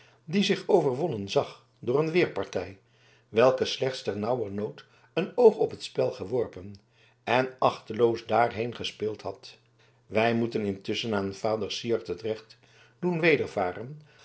die zich overwonnen zag door een weerpartij welke slechts ternauwernood een oog op het spel geworpen en achteloos daarheen gespeeld had wij moeten intusschen aan vader syard het recht doen wedervaren